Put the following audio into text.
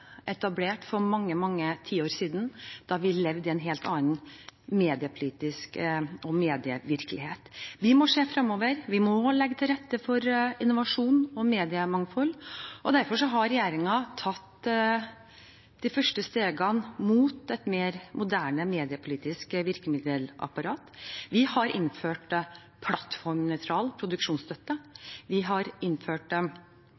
etablert for mange tiår siden, da vi levde i en helt annen mediepolitisk virkelighet og medievirkelighet. Vi må se fremover. Vi må legge til rette for innovasjon og mediemangfold. Derfor har regjeringen tatt de første stegene mot et mer moderne mediepolitisk virkemiddelapparat. Vi har innført plattformnøytral